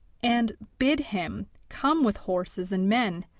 and bid him come with horses and men,